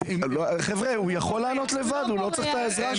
בוא לעזור לנו,